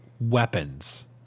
weapons